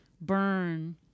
burn